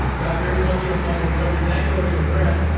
got very lucky on fumble recoveries that can always regress.